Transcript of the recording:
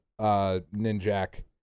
Ninjak